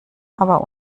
aber